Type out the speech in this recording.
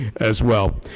as well.